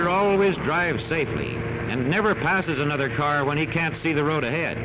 sure always drive safely and never passes another car when he can see the road ahead